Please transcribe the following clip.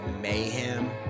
mayhem